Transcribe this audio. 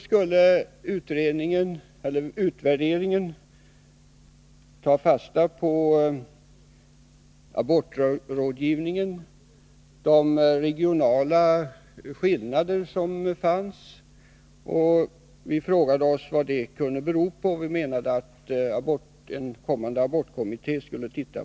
skulle utvärderingen ta fasta på bl.a. de förebyggande åtgärderna och rådgivningen till kvinnan i den situation då hon söker abort.